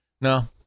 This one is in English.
No